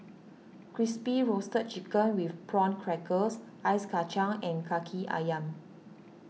Crispy Roasted Chicken with Prawn Crackers Ice Kachang and Kaki Ayam